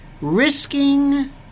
risking